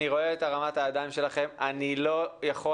אני רואה אתה רמת הידיים שלכם אבל אני לא יכול